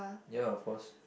ya of course